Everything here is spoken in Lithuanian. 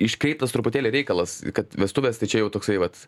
iškreiptas truputėlį reikalas kad vestuvės tai čia jau toksai vat